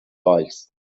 reichs